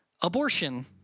abortion